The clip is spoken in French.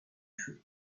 feu